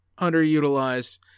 underutilized